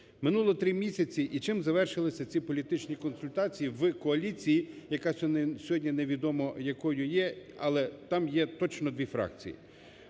Минуло три місяці і чим завершилися ці політичні консультації в коаліції, яка сьогодні не відомо якою є, але там є точно дві фракції.